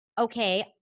okay